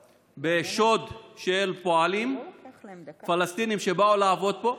בשוד של פועלים פלסטינים שבאו לעבוד פה,